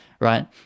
right